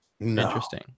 Interesting